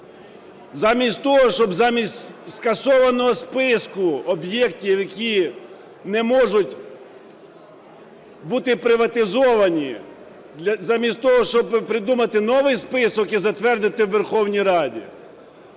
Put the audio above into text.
Замість того, щоб замість скасованого списку об'єктів, які не можуть бути приватизовані, замість того, щоб придумати новий список і затвердити у Верховній Раді,